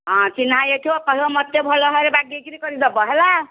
ହଁ ଚିହ୍ନା ହୋଇଯାଇଥିବ କହିବେ ମୋତେ ଭଲ ଭାବରେ ବାଗେଇକରି କରିକି ଦେବ ହେଲା